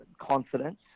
confidence